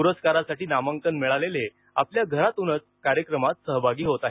पुरस्कारासाठी नामांकन मिळालेले आपल्या घरातूनच कार्यक्रमात सहभागी झाले आहेत